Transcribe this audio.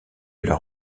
leur